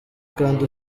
kandi